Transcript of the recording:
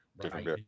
Different